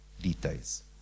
details